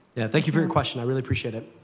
thank you for your question. i really appreciate it.